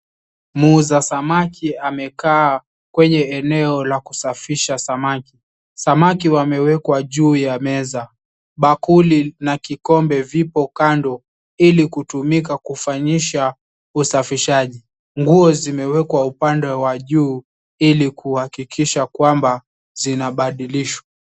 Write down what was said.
Muuza samaki amekaa kwenye eneo la kusafisha samaki. Samaki wamewekwa juu ya meza. Bakuli na kikombe vipo kando ilikutumika kufanyisha usafishaji. Nguo zimewekwa upande wa juu ili kuhakikisha kwamba zinabadilishwa.